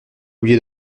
oublié